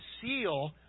seal